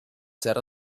set